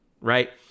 right